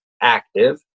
Active